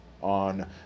on